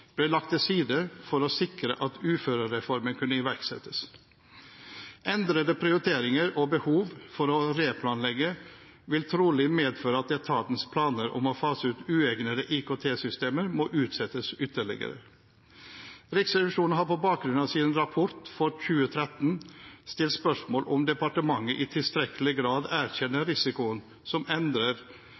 ble lagt til side for å sikre at uførereformen kunne iverksettes. Endrede prioriteringer og behov for å replanlegge vil trolig medføre at etatens planer om å fase ut uegnede IKT-systemer må utsettes ytterligere. Riksrevisjonen har på bakgrunn av sin rapport for 2013 stilt spørsmål om departementet i tilstrekkelig grad erkjenner risikoen som